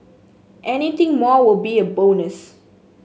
anything more will be a bonus